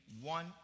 one